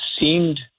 seemed